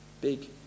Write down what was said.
big